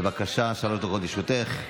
בבקשה, שלוש דקות לרשותך.